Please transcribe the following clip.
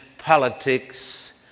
Politics